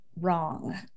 wrong